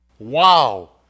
Wow